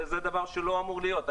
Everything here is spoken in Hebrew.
זה דבר שלא אמור להיות.